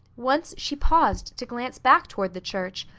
once she paused to glance back toward the church,